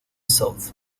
south